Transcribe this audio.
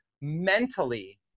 mentally